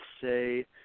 say